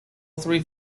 three